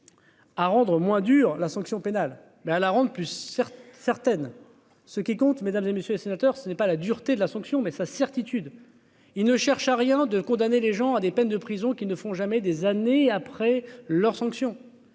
à rendre moins durs la sanction pénale, mais à la ronde, plus certaines ce qui compte, mesdames et messieurs les sénateurs, ce n'est pas la dureté de la sanction, mais sa certitude, il ne cherche à rien de condamner les gens à des peines de prison qui ne font jamais des années après leur sanction